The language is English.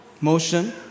motion